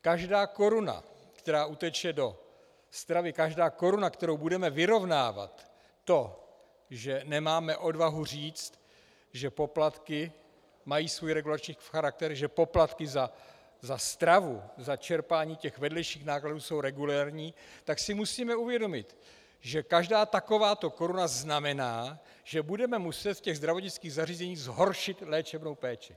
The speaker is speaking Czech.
Každá koruna, která uteče do stravy, každá koruna, kterou budeme vyrovnávat, to, že nemáme odvahu říct, že poplatky mají svůj regulační charakter, že poplatky za stravu, za čerpání těch vedlejších nákladů jsou regulérní, tak si musíme uvědomit, že každá takováto koruna znamená, že budeme muset ve zdravotnických zařízeních zhoršit léčebnou péči.